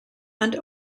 and